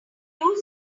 tool